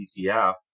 CCF